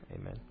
Amen